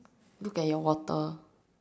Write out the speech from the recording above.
look at your water